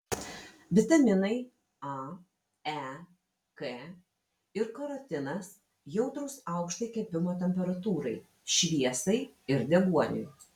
vitaminai a e k ir karotinas jautrūs aukštai kepimo temperatūrai šviesai ir deguoniui